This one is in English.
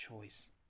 choice